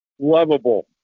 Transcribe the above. Lovable